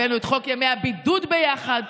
הבאנו את חוק ימי הבידוד ביחד.